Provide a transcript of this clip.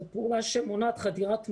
זו פעולה שמונעת חדירת מים,